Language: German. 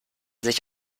sich